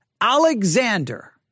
Alexander